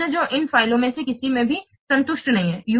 शब्द जो इन फ़ाइलों में से किसी में भी संतुष्ट नहीं हैं